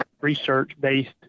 research-based